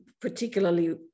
particularly